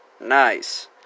Nice